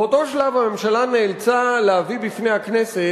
באותו שלב הממשלה נאלצה להביא בפני הכנסת,